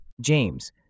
James